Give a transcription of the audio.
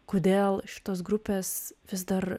kodėl šitos grupės vis dar